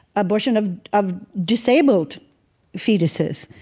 abortion of of disabled fetuses.